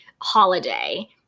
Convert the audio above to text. holiday